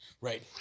Right